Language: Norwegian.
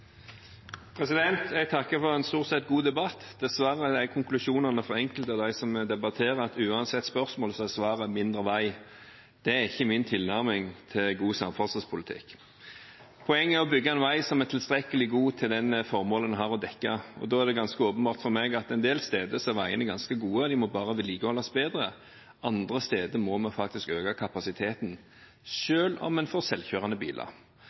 for en stort sett god debatt. Dessverre er konklusjonene fra enkelte av dem som debatterer, at uansett spørsmål så er svaret mindre vei. Det er ikke min tilnærming til god samferdselspolitikk. Poenget er å bygge en vei som er tilstrekkelig god for det formålet en har å dekke. Da er det ganske åpenbart for meg at en del steder er veiene ganske gode, de må bare vedlikeholdes bedre. Andre steder må vi faktisk øke kapasiteten, selv om en